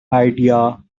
idea